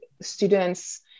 students